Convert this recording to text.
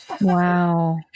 Wow